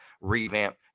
revamp